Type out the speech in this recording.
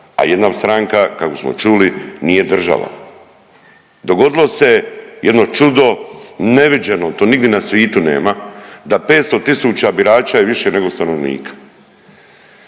a jedna stranka kako smo čuli nije država, dogodilo se jedno čudo neviđeno, to nigdi na svitu nema da 500.000 birača je više nego stanovnika.